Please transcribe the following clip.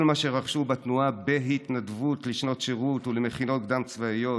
מה שרכשו בתנועה בהתנדבות לשנות שירות ולמכינות קדם-צבאיות,